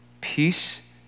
peace